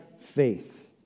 faith